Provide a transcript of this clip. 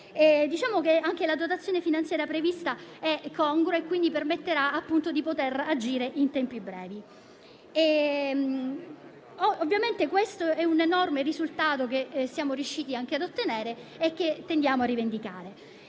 di quelle zone. La dotazione finanziaria prevista è congrua e quindi permetterà di agire in tempi brevi. Questo è un enorme risultato che siamo riusciti ad ottenere e che teniamo a rivendicare.